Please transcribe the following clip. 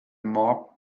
more